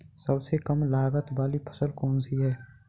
सबसे कम लागत वाली फसल कौन सी है?